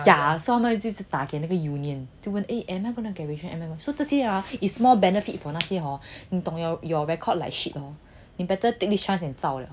ya so 他们就一直打给那个 union 问 eh am I gonna get retrenched so 这些啊 is more benefit for 那些 hor 你懂么 your record like shit lor 你 better take this chance and zao liao